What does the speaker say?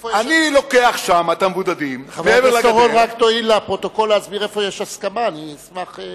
אני רק רוצה להדגיש את הנקודות שמנחות אותנו בביצוע המהלך הזה.